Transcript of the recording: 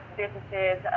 businesses